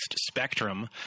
spectrum